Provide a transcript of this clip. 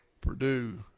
Purdue